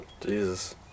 Jesus